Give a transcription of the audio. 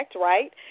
right